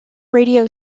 radio